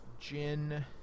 Gin